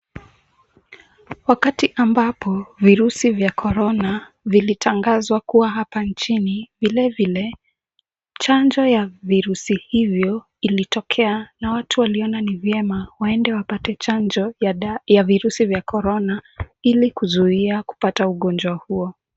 Wakati ambapo virusi vya korona vilitangazwa kuwa hapa nchini, vilevile chanjo ya virusi hivyo ilitokea na watu waliona ni vyema waende wapate chanjo ya virusi vya korona, ili kuzuia kupata ugonjwa huo.